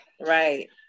right